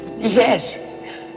Yes